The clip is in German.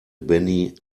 benny